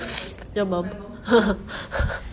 your mum